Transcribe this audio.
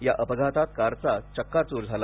या अपघातात कारचा चक्काच्र झाला